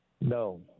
No